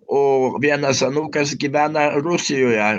o vienas anūkas gyvena rusijoje